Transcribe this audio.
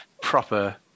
Proper